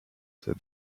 said